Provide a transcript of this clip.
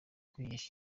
kwigisha